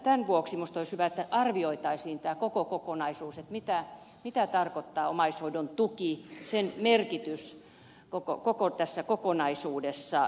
tämän vuoksi minusta olisi hyvä että arvioitaisiin tämä koko kokonaisuus että mikä on omaishoidon tuen merkitys koko tässä kokonaisuudessa